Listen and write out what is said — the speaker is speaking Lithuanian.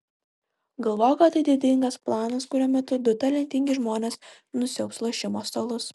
galvok kad tai didingas planas kurio metu du talentingi žmonės nusiaubs lošimo stalus